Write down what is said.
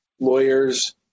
lawyers